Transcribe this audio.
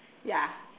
ya